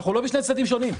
אנחנו לא בשני צדדים שונים.